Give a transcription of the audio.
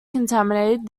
contaminated